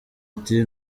ati